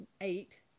eight